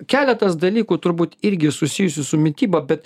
keletas dalykų turbūt irgi susijusių su mityba bet